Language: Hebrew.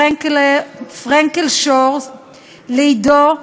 פרנקל-שור, לעידו,